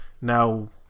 now